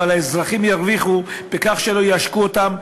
אבל האזרחים ירוויחו בכך שלא יעשקו אותם,